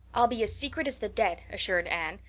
i'll be as secret as the dead, assured anne.